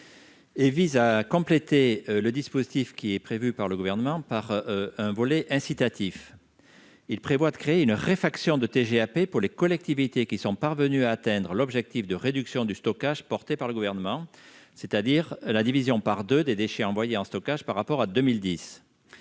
s'agit de compléter le dispositif prévu par le Gouvernement par un volet incitatif. Nous souhaitons créer une réfaction de TGAP pour les collectivités qui sont parvenues à atteindre l'objectif de réduction du stockage défendu par le Gouvernement, soit une division par deux des déchets envoyés en stockage par rapport à 2010.